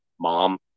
mom